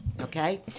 Okay